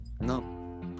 no